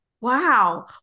Wow